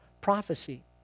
prophecy